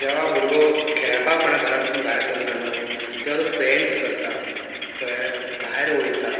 जेवा भुरगो खेळपाक म्हण घरांतसून भायर सरता न्हू तेवा तो फ्रेंड्स करता कळ्ळें भायर वयता